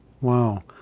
Wow